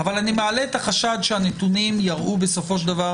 אבל אני מעלה את החשד שהנתונים יראו בסופו של דבר